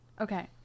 Okay